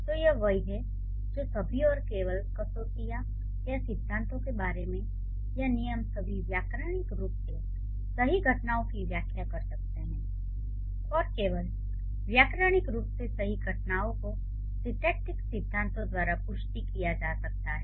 तो यह वही है जो सभी और केवल कसौटी या सिद्धांतों के बारे में है या नियम सभी व्याकरणिक रूप से सही घटनाओं की व्याख्या कर सकते हैं और केवल व्याकरणिक रूप से सही घटनाओं को सिंटैक्टिक सिद्धांतों द्वारा पुष्ट किया जा सकता है